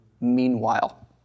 meanwhile